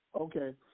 Okay